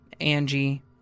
Angie